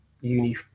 uni